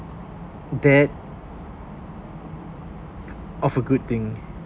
that of a good thing